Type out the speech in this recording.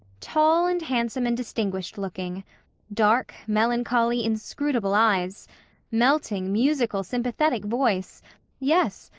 tall and handsome and distinguished-looking dark, melancholy, inscrutable eyes melting, musical, sympathetic voice yes,